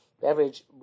beverage